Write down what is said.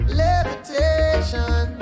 levitation